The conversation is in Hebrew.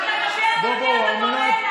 אתה יודע למי אתה דומה?